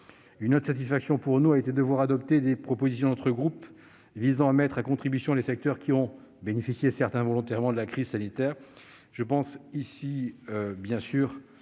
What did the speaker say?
Une autre satisfaction pour nous a été de voir adoptées des propositions de notre groupe visant à mettre à contribution les secteurs ayant bénéficié, certes involontairement, de la crise sanitaire. Il s'agit, bien sûr,